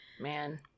Man